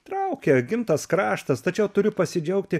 traukia gimtas kraštas tačiau turiu pasidžiaugti